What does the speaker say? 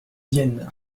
vienne